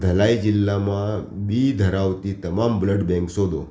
ધલાઈ જિલ્લામાં બી ધરાવતી તમામ બ્લડ બેંક શોધો